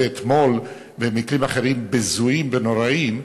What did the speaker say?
אתמול וממקרים אחרים בזויים ונוראים,